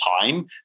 time